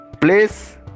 place